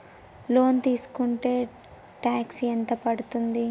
Loan తీస్కుంటే tax ఎంత పడ్తుంది?